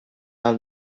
down